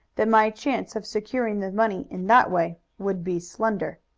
that my chance of securing the money in that way would be slender.